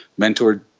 mentored